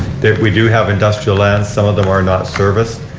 we do have industrial lands. some of them are not serviced.